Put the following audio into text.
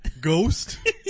Ghost